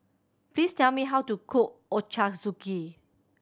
please tell me how to cook Ochazuke